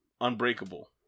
Unbreakable